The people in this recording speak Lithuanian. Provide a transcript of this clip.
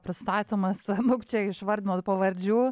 pristatymas daug čia išvardinot pavardžių